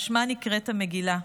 על שמה נקראת המגילה.